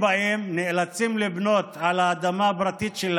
מידתי, שיענה על הצרכים של החברה הערבית.